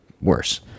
worse